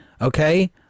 Okay